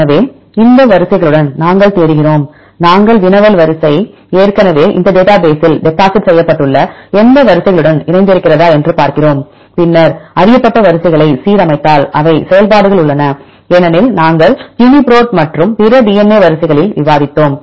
எனவே இந்த வரிசைகளுடன் நாங்கள் தேடுகிறோம் உங்கள் வினவல் வரிசை ஏற்கனவே இந்த டேட்டா பேசில் டெபாசிட் செய்யப்பட்டுள்ள எந்த வரிசைகளுடனும் இணைந்திருக்கிறதா என்று பார்க்கிறோம் பின்னர் அறியப்பட்ட வரிசைகளை சீரமைத்தால் அவை செயல்பாடுகள் உள்ளன ஏனெனில் நாங்கள் யூனிபிரோட் மற்றும் பிற DNA வரிசைகளில் விவாதித்தோம்